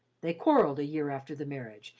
they quarrelled a year after the marriage,